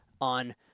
on